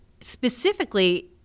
specifically